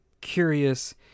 curious